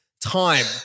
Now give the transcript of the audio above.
time